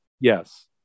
Yes